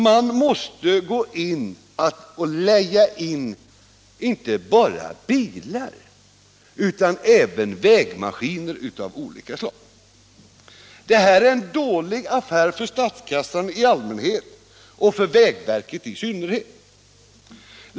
Man måste hyra inte bara bilar utan även vägmaskiner av olika slag. Detta är en dålig affär för statskassan i allmänhet och för vägverket i synnerhet.